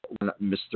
Mr